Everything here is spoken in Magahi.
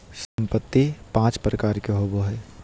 संपत्ति पांच प्रकार के होबो हइ